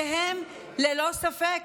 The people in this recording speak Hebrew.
שהם ללא ספק